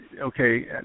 Okay